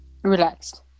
Relaxed